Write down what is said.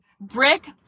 brick